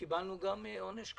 קיבלנו עונש כזה,